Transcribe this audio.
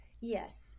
Yes